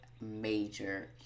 major